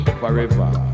forever